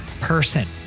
person